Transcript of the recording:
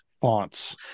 fonts